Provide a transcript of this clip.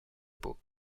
peau